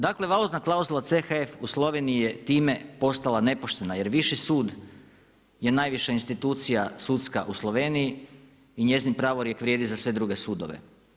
Dakle valutna klauzula CHF u Sloveniji je time postala nepoštena jer Viši sud je najviša institucija sudska u Sloveniji i njezin pravorijek vrijedi za sve druge sudove.